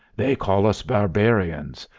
they call us barbarians.